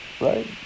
right